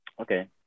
Okay